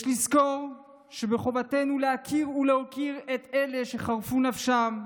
יש לזכור שבחובתנו להכיר ולהוקיר את אלה שחירפו נפשם,